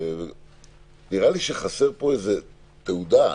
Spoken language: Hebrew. נראה לי שחסרה פה תעודה,